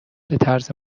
بطرز